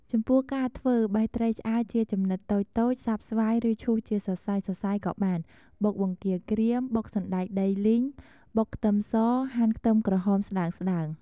ចំពោះការធ្វើ បេះត្រីឆ្អើរជាចំណិតតូចៗ សាប់ស្វាយឬឈូសជាសសៃៗក៏បាន បុកបង្គារក្រៀម បុកសណ្តែកដីលីង បុកខ្ទឹមស ហាន់ខ្ទឹមក្រហមស្តើងៗ